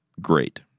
great